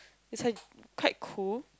it's like quite cool